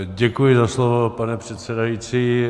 Děkuji za slovo, pane předsedající.